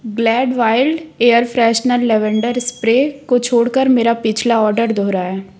Glade wild air freshener lavender को छोड़ कर मेरा पिछला आर्डर दोहराएँ